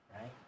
Right